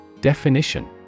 Definition